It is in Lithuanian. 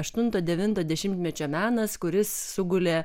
aštunto devinto dešimtmečio menas kuris sugulė